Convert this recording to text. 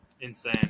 insane